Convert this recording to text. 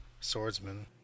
swordsman